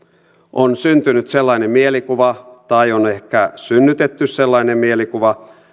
on syntynyt sellainen mielikuva tai on ehkä synnytetty sellainen mielikuva